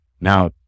now